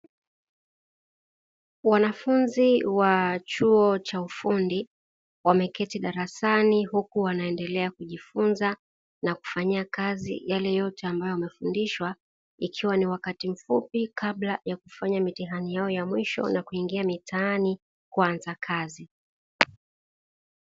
Wanafunzi wa chuo cha ufundi wameketi darasani huku wanaendelea kujifunza na kufanyia kazi yale yote ambayo wamefundishwa, ikiwa ni wakati mfupi kabla ya kufanya mitihani yao ya mwisho na kuingia mitaani kuanza kazi.